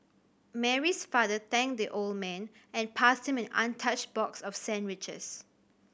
Mary's father thanked the old man and passed him an untouched box of sandwiches